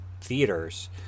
theaters